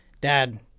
Dad